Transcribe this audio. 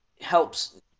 helps